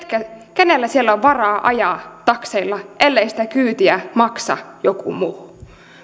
kenellä siellä on varaa ajaa takseilla ellei sitä kyytiä maksa joku muu